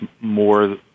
more